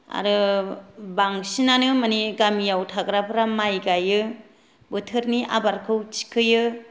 आरो बांसिनानो माने गामियाव थाग्राफ्रा माय गायो बेथोरनि आबादखौ थिखोयो